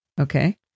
Okay